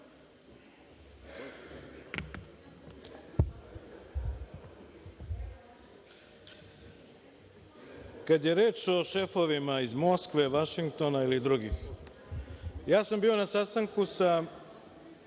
Kada je reč o šefovima iz Moskve, Vašingtona ili drugih, bio sam na sastanku sa